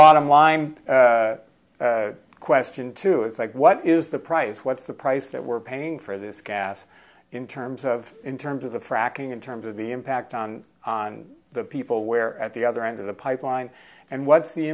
bottom line question too it's like what is the price what's the price that we're paying for this gas in terms of in terms of the fracking in terms of the impact on the people where at the other end of the pipeline and what's the